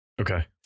Okay